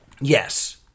Yes